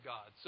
God